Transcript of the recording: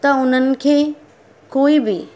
त उन्हनि खे को बि